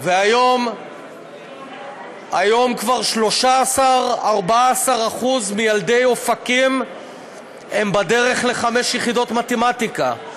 והיום כבר 13% 14% מילדי אופקים בדרך לחמש יחידות במתמטיקה.